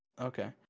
Okay